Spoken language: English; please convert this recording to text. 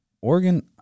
Oregon